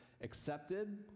accepted